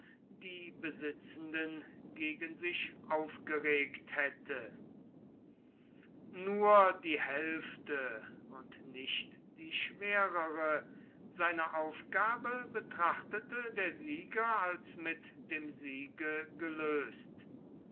die besitzenden gegen sich aufgeregt hätte nur die hälfte und nicht die schwerere seiner aufgabe betrachtete der sieger als mit dem siege gelöst